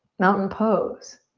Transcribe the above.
mountain pose.